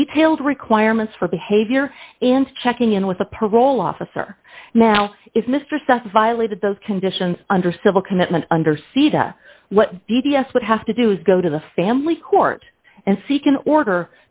detailed requirements for behavior and checking in with a parole officer now if mr sutton violated those conditions under civil commitment under see the d d s would have to do is go to the family court and seek an order